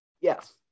Yes